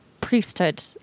priesthood